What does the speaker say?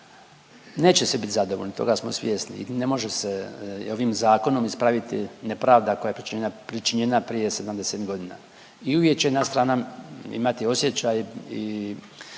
Neće svi bit zadovoljni, toga smo svjesni i ne može se ovim zakonom ispraviti nepravda koja je pričinjena prije 70.g. i uvijek će jedna strana imati osjećaj i